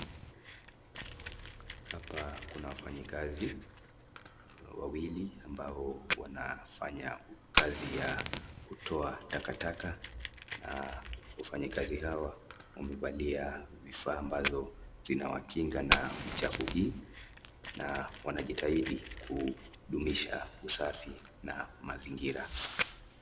Hapa kuna wafanyakazi wawili ambao wanafanya kazi ya kutoa takakata na wafanyikazi hawa wamevalia vifaa ambazo zinawakinga na uchafu hii, na wanajitahidi kudumisha usafi na mazingira.